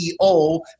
CEO